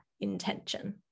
intention